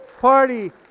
Party